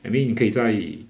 I mean 你可以在